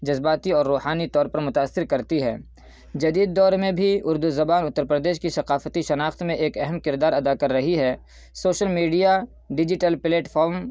جذباتی اور روحانی طور پر متاثر کرتی ہے جدید دور میں بھی اردو زبان اتّر پردیش کی ثقافتی شناخت میں ایک اہم کردار ادا کر رہی ہے سوشل میڈیا ڈیجیٹل پلیٹفارم